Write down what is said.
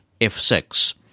F6